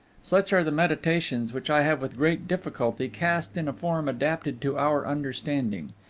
such are the meditations which i have with great difficulty cast in a form adapted to our understanding.